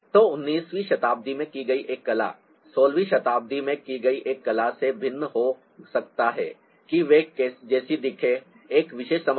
तो 19 वीं शताब्दी में की गई एक कला 16 वीं शताब्दी में की गई एक कला से भिन्न होगी या हो सकता है कि वे एक जैसी दिखें एक विशेष समझ हो